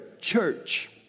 church